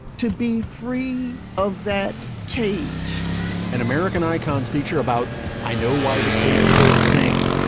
to be free of that cage and american icons feature about i know why the caged bird sings.